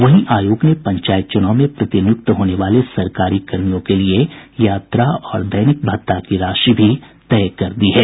वहीं आयोग ने पंचायत चुनाव में प्रतिनियुक्त होने वाले सरकारी कर्मियों के लिए यात्रा और दैनिक भत्ता की राशि भी तय कर दी है